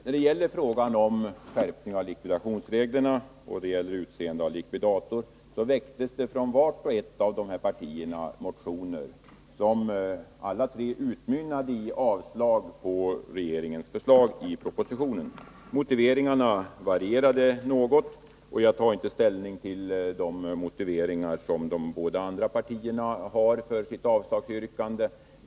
När det gäller frågan om skärpning av likvidationsreglerna och utseende av likvidator väcktes från vart och ett av de här partierna motioner som alla tre utmynnade i avstyrkande av regeringens förslag i propositionen. Motiveringarna varierade något, och jag tar inte ställning till de motiveringar de båda andra partierna har för sina avslagsyrkanden.